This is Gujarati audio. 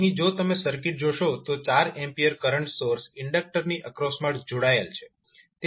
અહીં જો તમે સર્કિટ જોશો તો 4A કરંટ સોર્સ ઇન્ડક્ટરની એક્રોસમાં જોડાયેલ છે